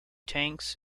tanks